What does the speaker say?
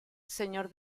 señor